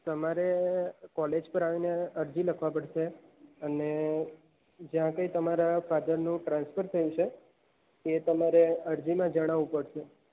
તમારે કોલેજ પર આવીને અરજી લખવી પડશે અને જ્યાંથી તમારા ફાધરનું ટ્રાન્સફર થયું છે એ તમારે અરજીમાં જણાવવું પડશે